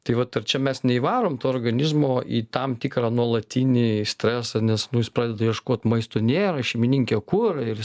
tai vat ar čia mes neįvarom to organizmo į tam tikrą nuolatinį stresą nes nu jis pradeda ieškot maisto nėra šeimininke kur ir jis